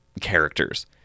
characters